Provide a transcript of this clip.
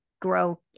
grow